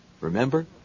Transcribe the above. Remember